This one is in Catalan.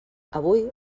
avui